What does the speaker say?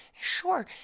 Sure